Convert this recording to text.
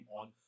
on